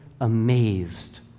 amazed